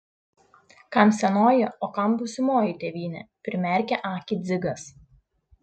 kam senoji o kam būsimoji tėvynė primerkė akį dzigas